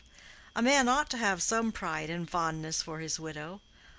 a man ought to have some pride and fondness for his widow.